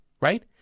right